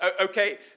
Okay